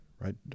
right